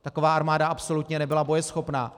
Taková armáda absolutně nebyla bojeschopná.